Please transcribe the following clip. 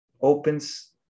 opens